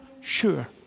Sure